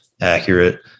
accurate